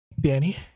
danny